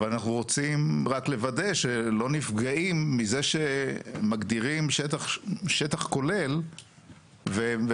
אבל אנחנו רוצים רק לוודא שלא נפגעים מזה שמגדירים שטח כולל ומגניבים